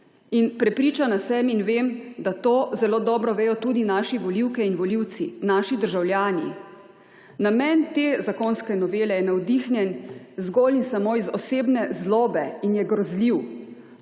In prepričana sem in vem, da to zelo dobro vedo tudi naše volivke in volivci, naši državljani. Namen te zakonske novele je navdihnjen zgolj in samo iz osebne zlobe in je grozljiv